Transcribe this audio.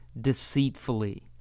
deceitfully